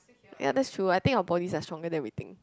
ya that's true I think our bodies are strong than we think